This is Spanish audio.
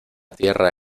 tierra